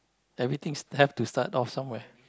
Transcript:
everything s~ have to start off somewhere